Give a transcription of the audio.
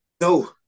No